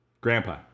Grandpa